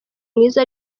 mwiza